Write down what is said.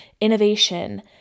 innovation